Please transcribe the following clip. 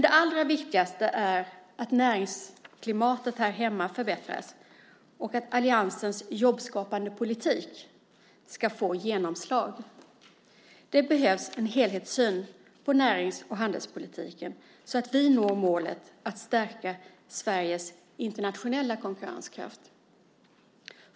Det allra viktigaste är att näringsklimatet här hemma förbättras och att alliansens jobbskapande politik ska få genomslag. Det behövs en helhetssyn på närings och handelspolitiken så att vi når målet att stärka Sveriges internationella konkurrenskraft.